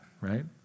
right